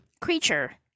creature